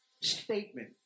statement